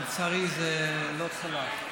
ולצערי זה לא צלח.